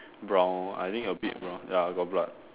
brown I think a bit brown ya got blood